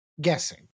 guessing